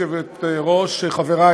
אני קובעת כי הצעת חוק התקשורת (בזק ושידורים)